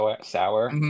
Sour